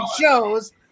shows